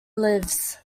lives